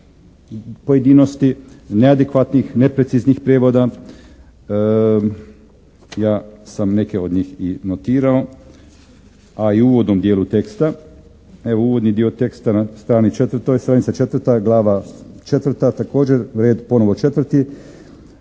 pojedinosti, neadekvatnih, nepreciznih prijevoda, ja sam neke od njih i notirao a i u uvodnom dijelu teksta. Evo, uvodni dio teksta na strani četvrtoj, glava četvrta također red ponovo četvrti